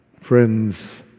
Friends